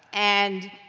and,